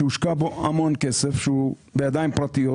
שהושקע בו המון כסף והוא בידיים פרטיות,